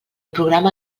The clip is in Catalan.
programa